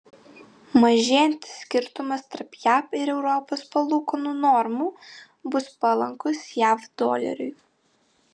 mažėjantis skirtumas tarp jav ir europos palūkanų normų bus palankus jav doleriui